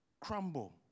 crumble